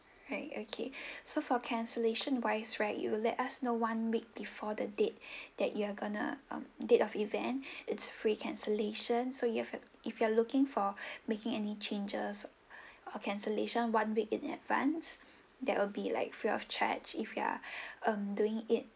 right okay so for cancellation wise right you will let us know one week before the date that you are gonna um date of event it's free cancellation so you have if you are looking for making any changes or cancellations one week in advance that will be like free of charge if you are um doing it